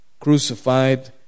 crucified